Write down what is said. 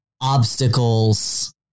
obstacles